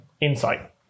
insight